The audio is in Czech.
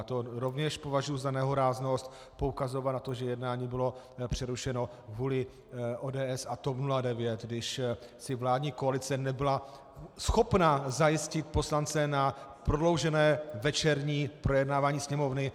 Já rovněž považuji za nehoráznost poukazovat na to, že jednání bylo přerušeno kvůli ODS a TOP 09, když si vládní koalice nebyla schopna zajistit poslance na prodloužené večerní projednávání Sněmovny.